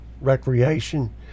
recreation